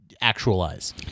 actualize